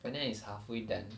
and then is halfway done